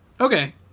Okay